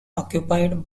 occupied